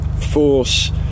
force